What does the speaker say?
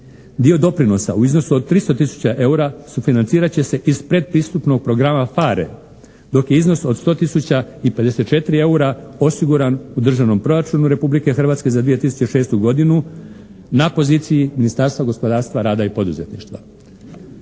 Dio doprinosa u iznosu od 300 tisuća eura sufinancirat će se iz pretpristupnog programa PHARE dok je iznos od 100 tisuća i 54 eura osiguran u Državnom proračunu Republike Hrvatske za 2006. godinu na poziciji Ministarstva gospodarstva, rada i poduzetništva.